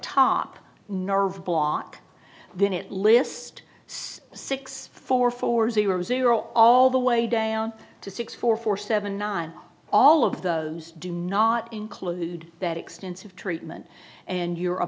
top nerve block then it list six four four zero zero all the way down to six four four seven nine all of those do not include that extensive treatment and